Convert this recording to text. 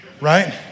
Right